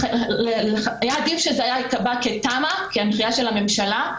היה עדיף שזה היה כתמ"א כהנחיה של הממשלה,